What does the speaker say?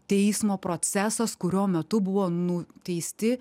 teismo procesas kurio metu buvo nuteisti